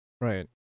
Right